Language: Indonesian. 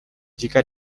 jika